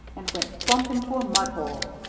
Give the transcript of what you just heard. and went plump into a mudhole.